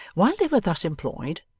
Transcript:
while they were thus employed,